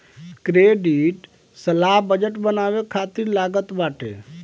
credit सलाह budget बनावे खातिर लागत बाटे